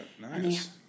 Nice